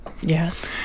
Yes